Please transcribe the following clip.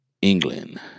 England